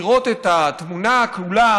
כדי לראות את התמונה כולה,